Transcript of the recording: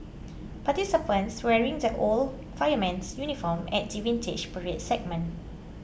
participants wearing the old fireman's uniform at the Vintage Parade segment